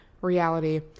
reality